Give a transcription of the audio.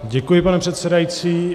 Děkuji, pane předsedající.